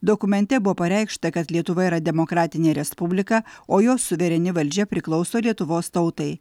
dokumente buvo pareikšta kad lietuva yra demokratinė respublika o jos suvereni valdžia priklauso lietuvos tautai